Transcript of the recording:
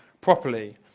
properly